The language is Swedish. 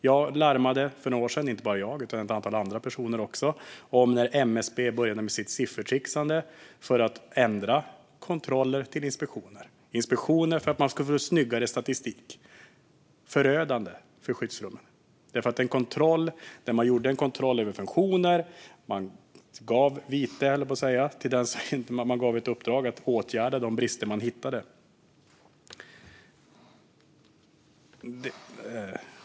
Jag och ett antal andra personer larmade för några år sedan när MSB började med sitt siffertrixande för att ändra kontroller till inspektioner så att statistiken skulle bli snyggare. Detta var förödande för skyddsrummen. Tidigare kontrollerades funktioner, och det gavs uppdrag att åtgärda de brister som hittades.